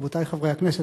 רבותי חברי הכנסת,